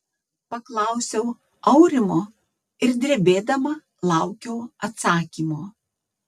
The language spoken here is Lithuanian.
paklausiau aurimo ir drebėdama laukiau atsakymo